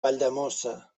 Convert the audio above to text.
valldemossa